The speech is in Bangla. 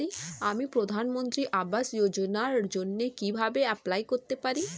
আমি প্রধানমন্ত্রী আবাস যোজনার জন্য কিভাবে এপ্লাই করতে পারি?